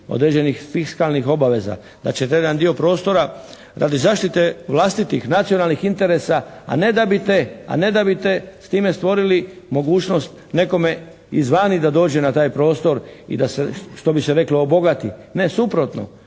određenih fiskalnih obaveza, da ćete jedan dio prostora radi zaštite vlastitih, nacionalnih interesa, a ne da bite s time stvorili mogućnost nekome izvani da dođe na taj prostor i da se, što bi se reklo, obogati. Ne, suprotno.